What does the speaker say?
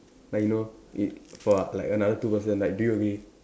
like you know if for like another two person like do you agree